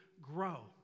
grow